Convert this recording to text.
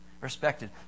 Respected